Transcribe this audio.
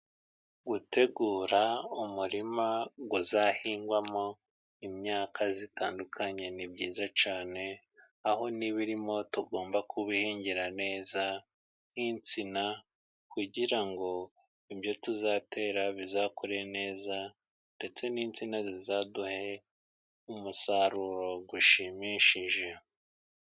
Gutegura umurima uzahingwamo imyaka itandukanye ni byiza cyane aho n'ibirimo tugomba kubihingira neza nk'insina , kugira ngo ibyo tuzatera bizakure neza ,ndetse n'insina zizaduhe umusaruro ushimishije.